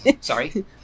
sorry